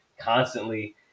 constantly